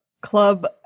Club